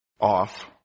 off